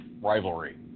rivalry